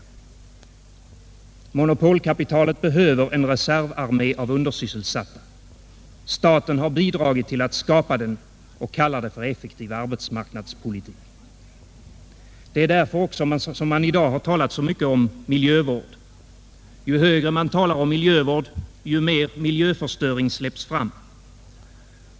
Monopolkapitalet behöver en reservarmé av undersysselsatta. Staten har bidragit till att skapa den och kallar detta för effektiv arbetsmarknadspolitik. Det är också därför som man i dag har talat så mycket om miljövård. Ju högre man talar om miljövård, desto mer miljöförstöring släpps fram.